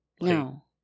No